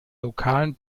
lokalen